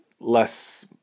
less